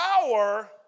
power